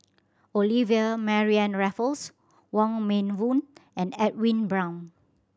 Olivia Mariamne Raffles Wong Meng Voon and Edwin Brown